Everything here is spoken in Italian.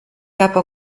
capo